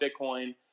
Bitcoin